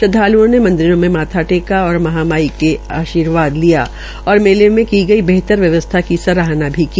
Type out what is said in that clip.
श्रदवाल्ओं ने मंदिर में माथा टेका और महामाई का आर्शीवाद लिया और मेले में की गई बेहतर व्यवस्था की सराहना की